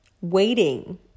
waiting